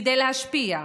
כדי להשפיע,